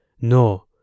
No